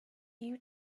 you